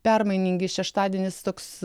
permainingi šeštadienis toks